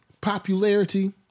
popularity